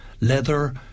leather